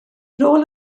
nôl